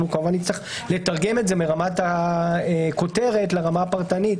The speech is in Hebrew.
נצטרך לתרגם את זה מרמת הכותרת לרמה הפרטנית